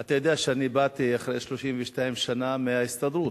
אתה יודע שאני באתי אחרי 32 שנה בהסתדרות.